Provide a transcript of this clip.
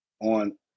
on